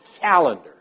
calendar